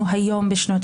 להשלים מילה אחת?